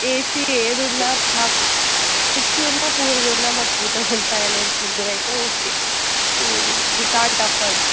AC ఏది ఉన్న మాకు రిచ్గా ఉన్న పూర్గా ఉన్న మాకు త్రీ థౌసండ్ ఫైవ్ హండ్రెడ్కి ముగ్గురు అయితే ఓకే వి కాంట్ అఫోర్డ్